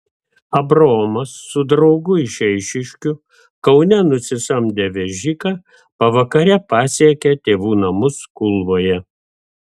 abraomas su draugu iš eišiškių kaune nusisamdę vežiką pavakare pasiekė tėvų namus kulvoje